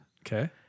Okay